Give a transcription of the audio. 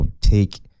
take